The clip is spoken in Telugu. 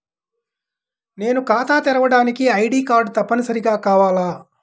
నేను ఖాతా తెరవడానికి ఐ.డీ కార్డు తప్పనిసారిగా కావాలా?